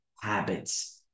habits